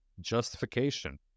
justification